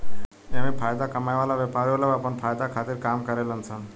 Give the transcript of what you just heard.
एमे फायदा कमाए वाला व्यापारी होला उ आपन फायदा खातिर काम करेले सन